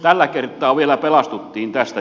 tällä kertaa vielä pelastuttiin tästä